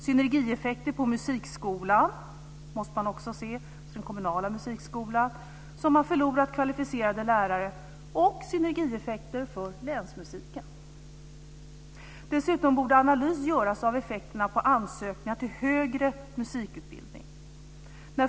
Synnergieffekter på musikskolan måste man också se till - den kommunala musikskolan har förlorat kvalificerade lärare - liksom till synnergieffekter för länsmusiken. Dessutom borde analys göras av effekterna på ansökningar till högre musikutbildning.